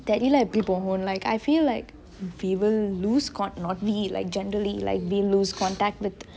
தெரில எப்டி போவொனு: terile epadi povonu like I feel like we will lose not we generally we lose connect with